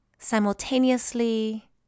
Simultaneously